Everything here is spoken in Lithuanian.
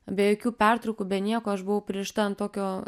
be jokių pertraukų be nieko aš buvau pririšta ant tokio